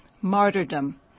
martyrdom